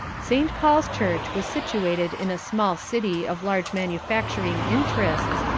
st. paul's church was situated in a small city of large manufacturing interests,